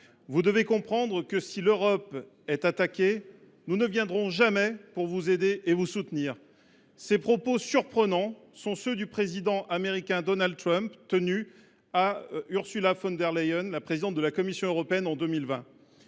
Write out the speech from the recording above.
Vous devez comprendre que si l’Europe est attaquée, nous ne viendrons jamais pour vous aider et vous soutenir »: ces propos surprenants sont ceux que le président américain Donald Trump a tenus en 2020 à Ursula von der Leyen, présidente de la Commission européenne.